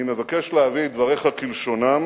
אני מבקש להביא את דבריך כלשונם,